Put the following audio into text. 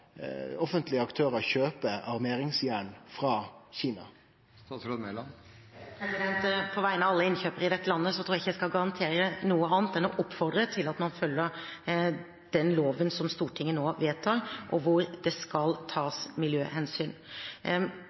offentlege aktørar kjøper armeringsjern frå Kina? På vegne av alle innkjøpere i dette landet tror jeg ikke jeg skal garantere noe annet enn å oppfordre til at man følger loven Stortinget nå vedtar, hvor det skal tas miljøhensyn.